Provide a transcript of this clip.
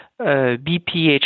BPH